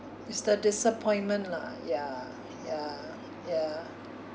it's the disappointment lah ya ya ya